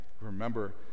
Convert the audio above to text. remember